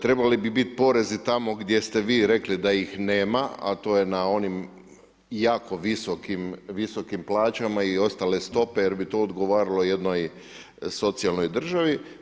Trebali bi biti porezi tamo gdje ste vi rekli da ih nema a to je na onim jako visokim plaćama i ostale stope jer bi to odgovaralo jednoj socijalnoj državi.